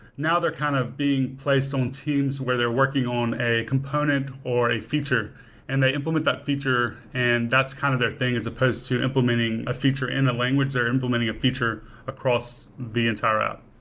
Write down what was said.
now, they're kind of being placed on teams where they're working on a component or a feature and they implement that feature and that's kind of their thing as supposed to implementing a feature and a language, they're implementing a feature across the entire app.